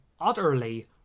utterly